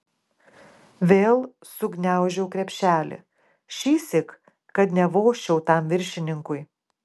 vėl sugniaužiau krepšelį šįsyk kad nevožčiau tam viršininkui